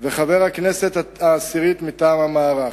וחבר הכנסת העשירית מטעם המערך.